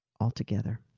altogether